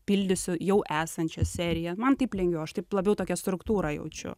pildysiu jau esančią seriją man taip lengviau aš taip labiau tokią struktūrą jaučiu